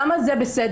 למה זה בסדר?